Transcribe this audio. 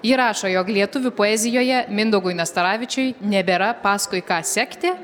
ji rašo jog lietuvių poezijoje mindaugui nastaravičiui nebėra paskui ką sekti